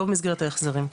לא מסגרת ההחזרים.